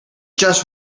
just